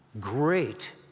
great